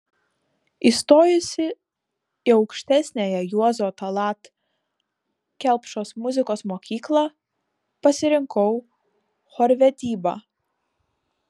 įstojusi į aukštesniąją juozo tallat kelpšos muzikos mokyklą pasirinkau chorvedybą